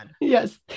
Yes